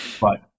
But-